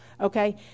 okay